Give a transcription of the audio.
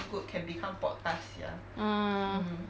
mm podcast need microphone